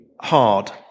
hard